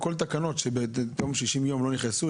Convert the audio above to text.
אני אגיד שבכל הנוגע לצילומים,